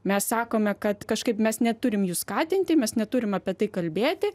mes sakome kad kažkaip mes neturim jų skatinti mes neturim apie tai kalbėti